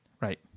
Right